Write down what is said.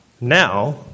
Now